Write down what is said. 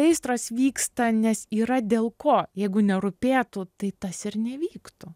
aistros vyksta nes yra dėl ko jeigu nerūpėtų tai tas ir nevyktų